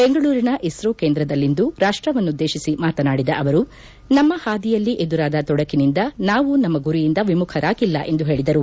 ಬೆಂಗಳೂರಿನ ಇಸ್ತೋ ಕೇಂದ್ರದಲ್ಲಿಂದು ರಾಷ್ಷವನ್ನುದ್ದೇತಿಸಿ ಮಾತನಾಡಿದ ಅವರು ನಮ್ನ ಹಾದಿಯಲ್ಲಿ ಎದುರಾದ ತೊಡಕಿನಿಂದ ನಾವು ನಮ್ನ ಗುರಿಯಿಂದ ವಿಮುಖರಾಗಿಲ್ಲ ಎಂದು ಹೇಳಿದರು